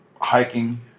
hiking